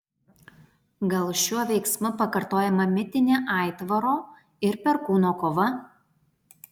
gal šiuo veiksmu pakartojama mitinė aitvaro ir perkūno kova